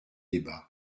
débats